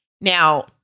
Now-